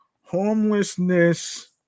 Homelessness